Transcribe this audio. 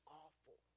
awful